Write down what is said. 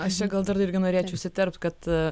aš čia gal dar irgi norėčiau įsiterpt kad